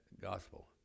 gospel